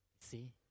See